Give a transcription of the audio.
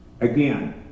again